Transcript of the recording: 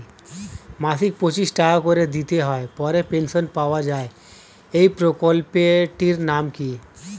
মাসিক পঁচিশ টাকা করে দিতে হয় পরে পেনশন পাওয়া যায় এই প্রকল্পে টির নাম কি?